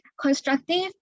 constructive